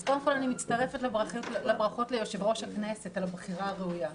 אז קודם כול אני מצטרפת לברכות ליושב-ראש הכנסת על הבחירה הראויה.